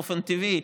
באופן טבעי,